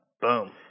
boom